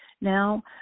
now